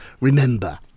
Remember